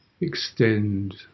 extend